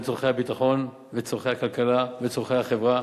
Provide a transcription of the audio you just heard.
צורכי הביטחון וצורכי הכלכלה וצורכי החברה